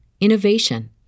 innovation